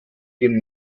dem